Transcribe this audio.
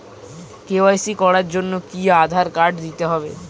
KYC করার জন্য কি আধার কার্ড দিতেই হবে?